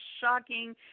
shocking